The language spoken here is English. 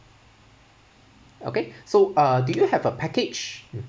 okay so uh do you have a package